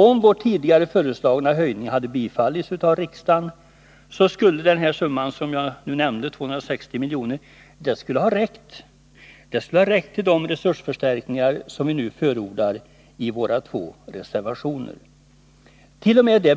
Om den av oss tidigare föreslagna höjningen hade bifallits av riksdagen, så skulle den nämnda summan på 260 milj.kr. ha räckt till de resursförstärkningar som vi nu förordar i våra två reservationer. Pengarna skulle